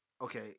Okay